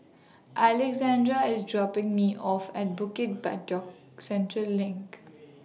Alexandra IS dropping Me off At Bukit Batok Central LINK